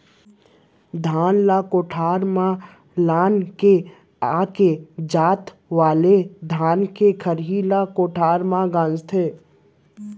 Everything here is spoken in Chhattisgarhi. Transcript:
धान ल कोठार म लान के एके जात वाले धान के खरही ह कोठार म गंजाथे